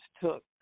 took